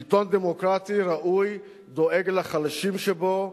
שלטון דמוקרטי ראוי דואג לחלשים שבו,